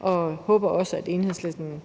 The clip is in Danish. og vi håber også, at Enhedslisten